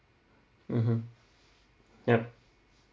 mmhmm yup